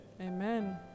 Amen